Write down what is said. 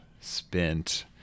spent